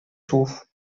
słów